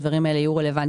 דבר ראשון,